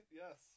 yes